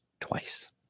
twice